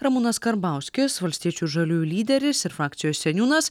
ramūnas karbauskis valstiečių ir žaliųjų lyderis ir frakcijos seniūnas